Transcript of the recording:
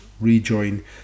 rejoin